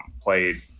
played